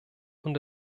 und